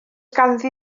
ganddi